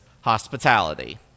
hospitality